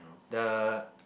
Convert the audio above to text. the